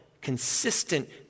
consistent